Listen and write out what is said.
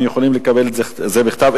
הם יכולים לקבל את זה בכתב,